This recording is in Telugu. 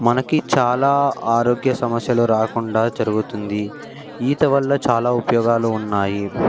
మనకి చాలా ఆరోగ్య సమస్యలు రాకుండా జరుగుతుంది ఈత వల్ల చాలా ఉపయోగాలు ఉన్నాయి